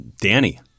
Danny